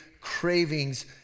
cravings